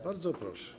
Bardzo proszę.